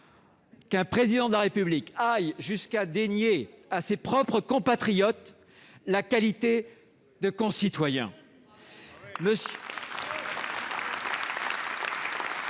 qu'un président de la République aille jusqu'à dénier à ses propres compatriotes la qualité de concitoyens.